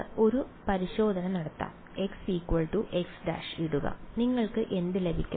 വിദ്യാർത്ഥി സാർ അതിനാൽ നിങ്ങൾക്ക് ഒരു പരിശോധന നടത്താം x x′ ഇടുക നിങ്ങൾക്ക് എന്ത് ലഭിക്കും